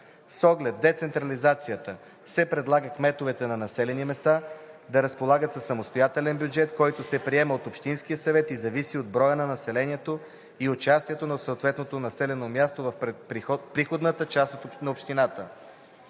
С оглед на децентрализацията се предлага кметовете на населени места да разполагат със самостоятелен бюджет, който се приема от общинския съвет и зависи от броя на населението и участието на съответното населено място в приходната част на общината.